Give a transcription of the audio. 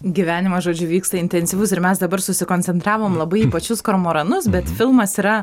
gyvenimas žodžiu vyksta intensyvus ir mes dabar susikoncentravom labai į pačius kormoranus bet filmas yra